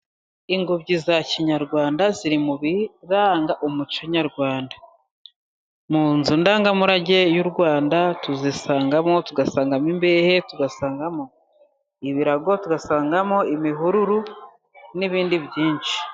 Ingobyi za kinyarwanda ziri mu biranga umuco Nyarwanda, mu nzu ndangamurage y'u Rwanda tuzisangamo, tugasangamo imbehe, tugasangamo ibirago, tugasangamo imihururu, n'ibindi byinshi.